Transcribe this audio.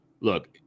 look